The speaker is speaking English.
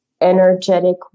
energetic